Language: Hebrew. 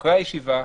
הישיבה,